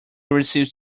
received